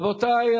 רבותי,